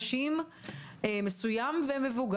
שזה מיזם משותף ביחד עם נשיאות המגזר